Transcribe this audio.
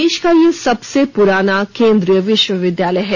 देश का यह सबसे पुराना केंद्रीय विश्वविद्यालय है